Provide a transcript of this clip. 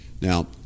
Now